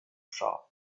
shop